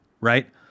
right